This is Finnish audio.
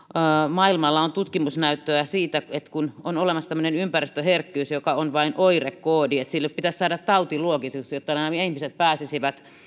maailmalla on tutkimusnäyttöä siitä että kun on olemassa tämmöinen ympäristöherkkyys joka on vain oirekoodi sille pitäisi saada tautiluokitus jotta nämä ihmiset pääsisivät